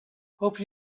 hope